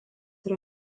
yra